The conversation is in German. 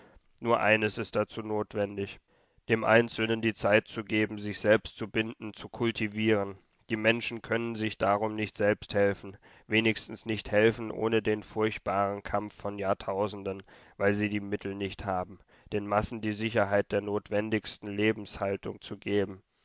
nur eines ist dazu notwendig dem einzelnen die zeit zu geben sich selbst zu bilden zu kultivieren die menschen können sich darum nicht selbst helfen wenigstens nicht helfen ohne den furchtbaren kampf von jahrtausenden weil sie die mittel nicht haben den massen die sicherheit der notwendigsten lebenshaltung zu geben